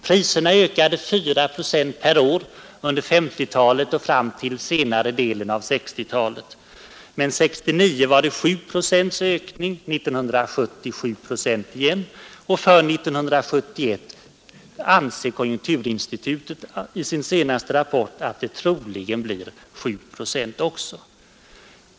Priserna ökade 4 procent per år under 1950-talet och fram till senare delen av 1960-talet, men 1969 var ökningen 7 procent, 1970 var den 7 procent igen, och konjunkturinstitutet bedömer i sin senaste rapport att ökningen blir 7 procent också för 1971.